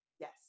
Yes